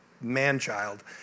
man-child